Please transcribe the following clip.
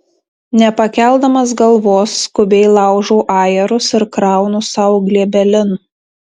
nepakeldamas galvos skubiai laužau ajerus ir kraunu sau glėbelin